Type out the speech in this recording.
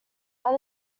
are